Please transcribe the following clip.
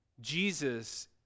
Jesus